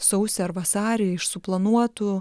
sausį ar vasarį iš suplanuotų